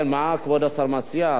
מה כבוד השר מציע?